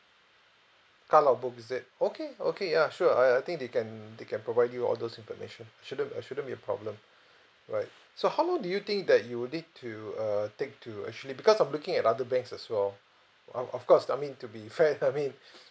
car log book is that okay okay ya sure I I think they can they can provide you all those information uh shouldn't uh shouldn't be a problem right so how long do you think that you will need to uh take to actually because I'm looking at other banks as well um of course I mean to be fair I mean